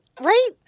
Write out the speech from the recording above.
Right